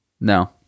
no